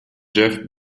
jeff